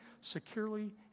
securely